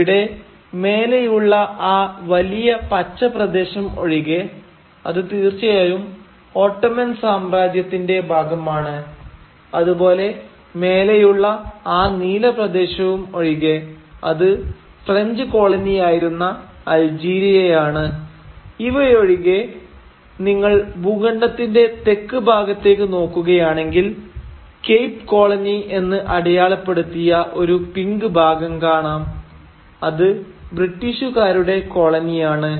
ഇവിടെ മേലെയുള്ള ആ വലിയ പച്ച പ്രദേശം ഒഴികെ അത് തീർച്ചയായും ഓട്ടമൻ സാമ്രാജ്യത്തിൻറെ ഭാഗമാണ് അത് പോലെ മേലെയുള്ള ആ നീല പ്രദേശവും ഒഴികെ അത് ഫ്രഞ്ച് കോളനിയായിരുന്ന അൾജീരിയയാണ് ഇവയൊഴികെ നിങ്ങൾ ഭൂഖണ്ഡത്തിന്റെ തെക്ക് ഭാഗത്തേക്ക് നോക്കുകയാണെങ്കിൽ കേപ് കോളനി എന്ന് അടയാളപ്പെടുത്തിയ ഒരു പിങ്ക് ഭാഗം കാണാം അത് ബ്രിട്ടീഷുകാരുടെ കോളനിയാണ്